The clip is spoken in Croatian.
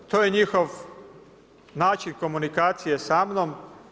To je njihov način komunikacije sa mnom.